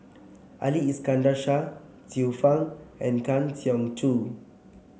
Ali Iskandar Shah Xiu Fang and Kang Siong Joo